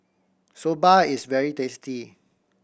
soba is very tasty